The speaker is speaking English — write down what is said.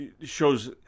shows